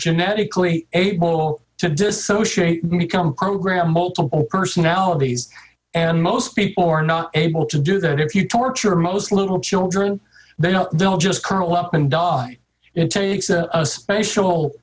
genetically able to disassociate me come program multiple personalities and most people are not able to do that if you torture most little children they know they'll just curl up and die it takes a special